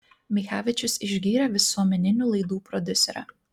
michevičius išgyrė visuomeninių laidų prodiuserę